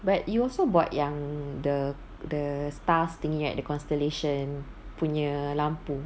but you also bought yang the the stars thingy right the constellation punya lampu